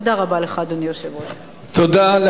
אדוני היושב-ראש, תודה רבה לך.